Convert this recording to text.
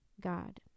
God